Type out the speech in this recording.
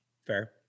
Fair